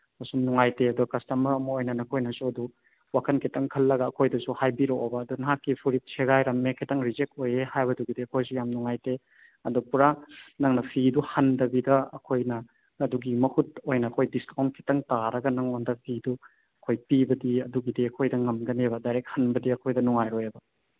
ꯁꯨꯝ ꯅꯨꯡꯉꯥꯏꯇꯦ ꯑꯗꯨ ꯀꯁꯇꯃꯔ ꯑꯃ ꯑꯣꯏꯅ ꯅꯈꯣꯏꯅꯁꯨ ꯑꯗꯨ ꯋꯥꯈꯟ ꯈꯤꯇꯪ ꯈꯜꯂꯒ ꯑꯩꯈꯣꯏꯗꯁꯨ ꯍꯥꯏꯕꯤꯔꯛꯑꯣꯕ ꯑꯗꯨ ꯅꯍꯥꯛꯀꯤ ꯐꯨꯔꯤꯠ ꯁꯦꯒꯥꯏꯔꯝꯃꯦ ꯈꯤꯇꯪ ꯔꯤꯖꯦꯛ ꯑꯣꯏꯌꯦ ꯍꯥꯏꯕꯗꯨꯒꯤꯗꯤ ꯑꯩꯈꯣꯏꯁꯨ ꯌꯥꯝꯅ ꯅꯨꯡꯉꯥꯏꯇꯦ ꯑꯗꯨ ꯄꯨꯔꯥ ꯐꯤꯗꯨ ꯍꯟꯗꯕꯤꯗ ꯑꯩꯈꯣꯏꯅ ꯑꯗꯨꯒꯤ ꯃꯍꯨꯠ ꯑꯣꯏꯅ ꯑꯩꯈꯣꯏ ꯗꯤꯁꯀꯥꯎꯟ ꯈꯤꯇꯪ ꯇꯥꯔꯒ ꯅꯉꯣꯟꯗ ꯐꯤꯗꯨ ꯑꯩꯈꯣꯏ ꯄꯤꯕꯗꯤ ꯑꯗꯨꯒꯤꯗꯤ ꯑꯩꯈꯣꯏꯗ ꯉꯝꯒꯅꯦꯕ ꯗꯥꯏꯔꯦꯛ ꯍꯟꯕꯗꯤ ꯑꯩꯈꯣꯏꯗ ꯅꯨꯡꯉꯥꯏꯔꯣꯏꯕ